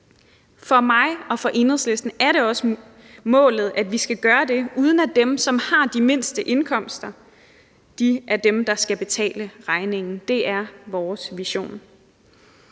For mig og for Enhedslisten er det også målet, at vi skal gøre det, uden at dem, som har de mindste indkomster, er dem, der skal betale regningen. Det er vores vision.